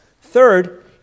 Third